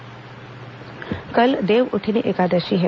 देवउठनी एकादशी कल देवउठनी एकादशी है